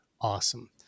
awesome